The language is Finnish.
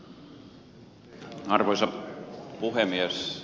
arvoisa puhemies